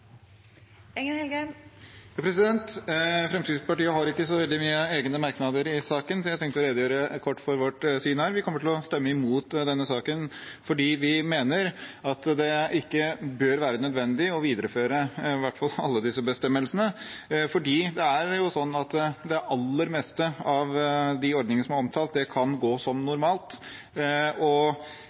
Fremskrittspartiet har ikke så veldig mange egne merknader i saken, så jeg tenkte å redegjøre kort for vårt syn her. Vi kommer til å stemme imot denne saken fordi vi mener at det ikke bør være nødvendig å videreføre disse bestemmelsene, i hvert fall ikke alle, fordi de aller fleste av de ordningene som er omtalt, kan gå som normalt.